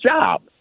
job